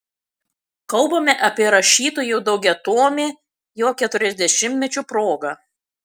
kalbame apie rašytojo daugiatomį jo keturiasdešimtmečio proga